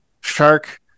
shark